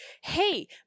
hey